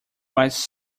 was